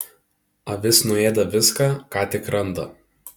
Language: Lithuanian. avis nuėda viską ką tik randa